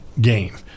game